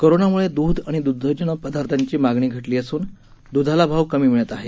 कोरोनाम्ळे दूध आणि द्ग्धजन्य पदार्थांची मागणी घटली असून द्धाला भाव कमी मिळत आहे